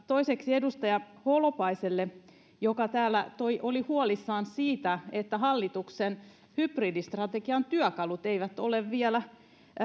toiseksi edustaja holopainen täällä oli huolissaan siitä että hallituksen hybridistrategian työkalut eivät ole vielä